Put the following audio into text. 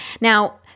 now